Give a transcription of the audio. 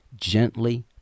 gently